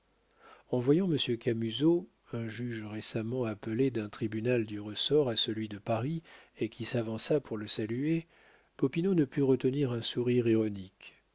en voyant monsieur camusot un juge récemment appelé d'un tribunal du ressort à celui de paris et qui s'avança pour le saluer popinot ne put retenir un sourire ironique